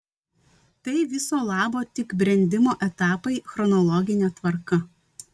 tai viso labo tik brendimo etapai chronologine tvarka